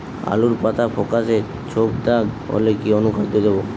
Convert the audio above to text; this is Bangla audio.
আলুর পাতা ফেকাসে ছোপদাগ হলে কি অনুখাদ্য দেবো?